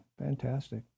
Fantastic